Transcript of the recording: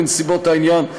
בנסיבות העניין,